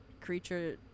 creature